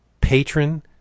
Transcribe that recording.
patron